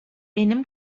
benim